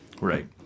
right